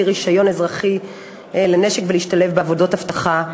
רישיון אזרחי לנשק ולהשתלב בעבודת אבטחה,